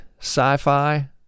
sci-fi